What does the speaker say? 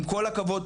עם כל הכבוד,